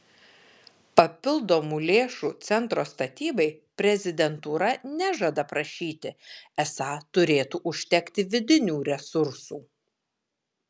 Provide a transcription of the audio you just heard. papildomų lėšų centro statybai prezidentūra nežada prašyti esą turėtų užtekti vidinių resursų